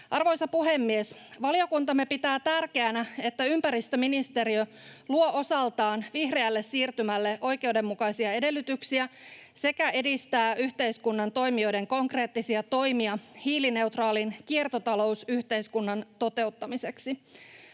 Arvoisa puhemies! Valiokuntamme pitää tärkeänä, että ympäristöministeriö luo osaltaan vihreälle siirtymälle oikeudenmukaisia edellytyksiä sekä edistää yhteiskunnan toimijoiden konkreettisia toimia hiilineutraalin kiertotalousyhteiskunnan toteuttamiseksi.